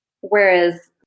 Whereas